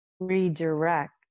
redirect